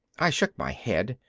i shook my head,